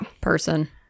person